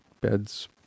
beds